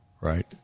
right